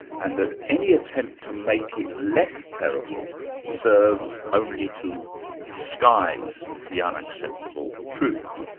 and that any attempt to make it less terrible serves only to disguise the unacceptable truth.